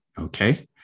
Okay